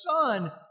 Son